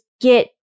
get